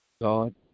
God